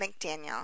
McDaniel